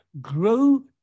grow